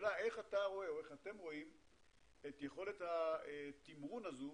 השאלה איך אתם רואים את יכולת התמרון הזו